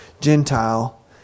Gentile